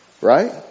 right